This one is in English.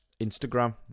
Instagram